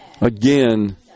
again